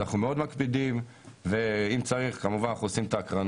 אנחנו מקפידים ואם צריך כמובן אנחנו עושים את ההקרנות.